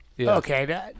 okay